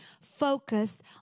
focused